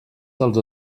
dels